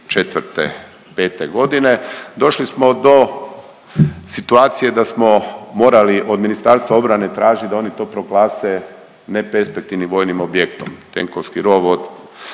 2004., '05. g., došli smo do situacije da smo morali od MORH-a tražiti da oni to proglase neperspektivnim vojnim objektom, tenkovski rov od